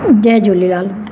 Jay Jhulelal